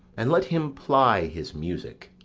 and let him ply his music.